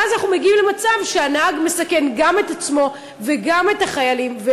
ואז אנחנו מגיעים למצב שהנהג מסכן גם את עצמו וגם את החיילים.